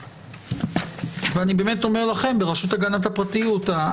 אני באמת אומר לכם, ברשות הגנת הפרטיות,